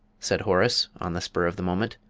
said horace, on the spur of the moment.